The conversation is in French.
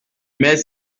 mais